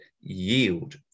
yield